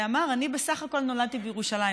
ואמר: אני בסך הכול נולדתי בירושלים.